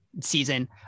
season